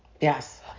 Yes